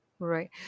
Right